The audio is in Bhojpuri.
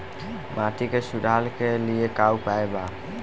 माटी के सुधार के लिए का उपाय बा?